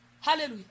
Hallelujah